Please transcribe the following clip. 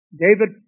David